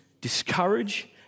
discourage